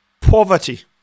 poverty